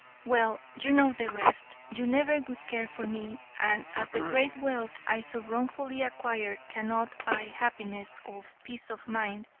well, you know the rest. you never would care for me, and as the great wealth i so wrongfully acquired cannot buy happiness of peace of mind,